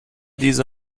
diese